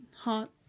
hot